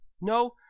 No